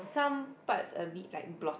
some parts a bit like blot